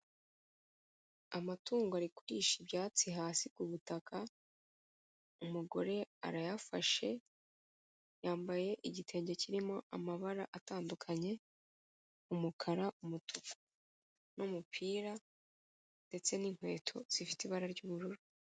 Amatungo ari kurisha ibyatsi hasi ku butaka, umugore arayafashe, yambaye igitenge kirimo amabara atandukanye; umukara, umutuku n'umupira ndetse n'inkweto zifite ibara ry'ubururu.